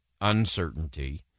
uncertainty